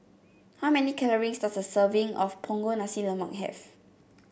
how many calories does a serving of Punggol Nasi Lemak have